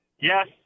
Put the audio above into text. yes